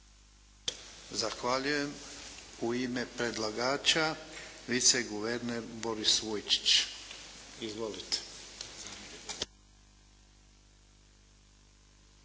Zahvaljujem. U ime predlagača vice guverner Boris Vujčić. **Vujčić,